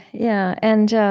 yeah. and